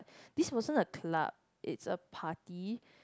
this wasn't a club it's a party